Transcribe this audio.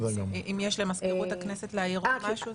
אם יש למזכירות הכנסת להעיר או משהו.